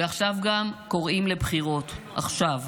ועכשיו גם קוראים לבחירות, עכשיו,